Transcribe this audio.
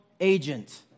agent